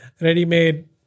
ready-made